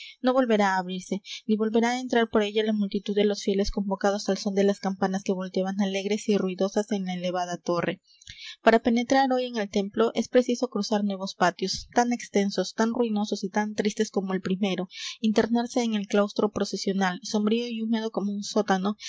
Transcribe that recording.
no volverá á abrirse ni volverá á entrar por ella la multitud de los fieles convocados al son de las campanas que volteaban alegres y ruidosas en la elevada torre para penetrar hoy en el templo es preciso cruzar nuevos patios tan extensos tan ruinosos y tan tristes como el primero internarse en el claustro procesional sombrío y húmedo como un sótano